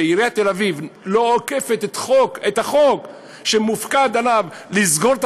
שעיריית תל-אביב לא אוכפת את החוק שמופקד עליו לסגור את